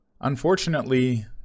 Unfortunately